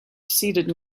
seated